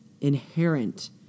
inherent